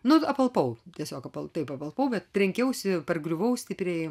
nu apalpau tiesiog apal taip apalpau bet trenkiausi pargriuvau stipriai